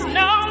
no